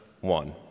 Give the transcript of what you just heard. one